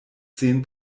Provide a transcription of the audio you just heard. zehn